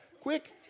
Quick